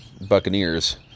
Buccaneers